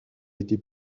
été